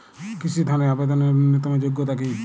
কৃষি ধনের আবেদনের ন্যূনতম যোগ্যতা কী?